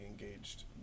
engaged